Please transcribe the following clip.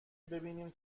ببینیم